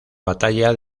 batalla